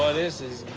ah this is